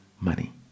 money